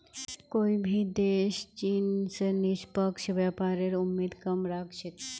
कोई भी देश चीन स निष्पक्ष व्यापारेर उम्मीद कम राख छेक